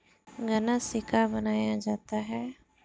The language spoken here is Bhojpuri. गान्ना से का बनाया जाता है?